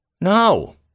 No